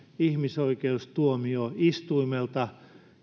ihmisoikeustuomioistuimelta